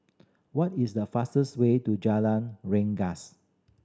what is the fastest way to Jalan Rengas